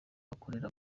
akorera